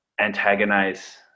antagonize